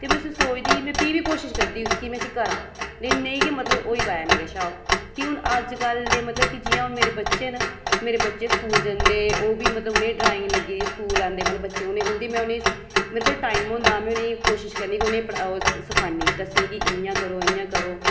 ते में उसी सोचदी ही में फ्ही बी कोशिश करदी उसी की में उसी करां नेईं गै मतलब होई पाया मेरे शा भी हून अजकल दे मतलब कि जि'यां हून मेरे बच्चे न मेरे बच्चे स्कूल जंदे ओह् बी मतलब उ'नें ई ड्राइंग लगी दी स्कूल औंदे मतलब बच्चे उ'नें ई उंदी में उ'नें ई मेरे कोल टाइम होंदा तां में उ'नें ई कोशिश करनी में उ'नें ई सखान्नी दस्सनी कि इ'यां करो इ'यां करो